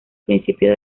principio